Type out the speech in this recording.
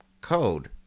code